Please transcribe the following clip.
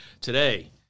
Today